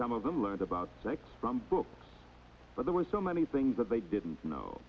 some of them learned about sex from books but there were so many things that they didn't know